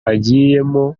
agiyemo